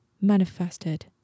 manifested